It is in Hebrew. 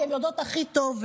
הן יודעות את זה הכי טוב.